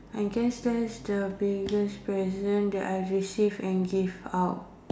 I guess that's is a biggest present that I receive and give out